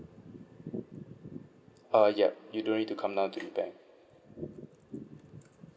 uh yup you don't need to come down to the bank